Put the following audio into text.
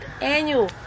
annual